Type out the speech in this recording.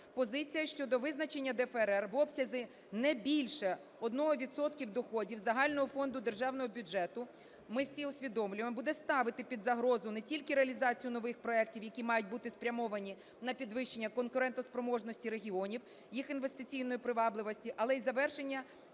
Позиція щодо визначення ДФРР в обсязі не більше 1 відсотка доходів загального фонду державного бюджету ми всі усвідомлюємо буде ставити під загрозу не тільки реалізацію нових проектів, які мають бути спрямовані на підвищення конкурентоспроможності регіонів, їх інвестиційної привабливості, але й завершення